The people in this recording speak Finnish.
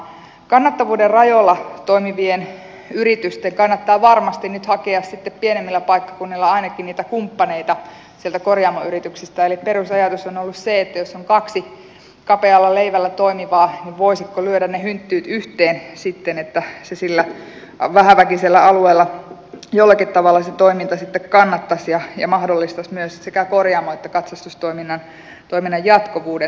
kannattavuuden rajoilla toimivien yritysten kannattaa varmasti nyt hakea sitten pienemmillä paikkakunnilla ainakin niitä kumppaneita sieltä korjaamoyrityksistä eli perusajatus on ollut se että jos on kaksi kapealla leivällä toimivaa niin voisivatko lyödä ne hynttyyt yhteen sitten että se toiminta sillä vähäväkisellä alueella jollakin tavalla sitten kannattaisi ja mahdollistaisi myös sekä korjaamo että katsastustoiminnan jatkuvuuden